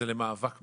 זה למאבק בעוני.